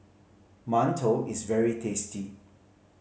mantou is very tasty